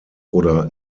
oder